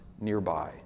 nearby